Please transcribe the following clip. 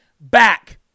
back